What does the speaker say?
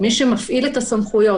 מי שמפעיל את הסמכויות,